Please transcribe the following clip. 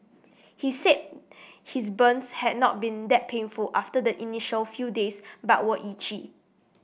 he said his burns had not been that painful after the initial few days but were itchy